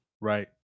Right